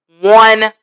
one